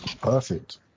Perfect